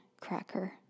cracker